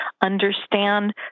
understand